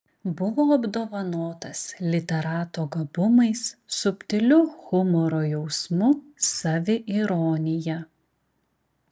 buvo apdovanotas literato gabumais subtiliu humoro jausmu saviironija